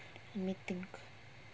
let me think